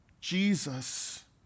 Jesus